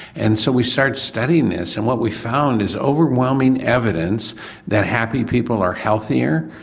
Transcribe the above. and so we started studying this and what we found is overwhelming evidence that happy people are healthier,